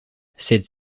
cette